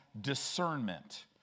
discernment